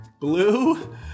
blue